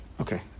Okay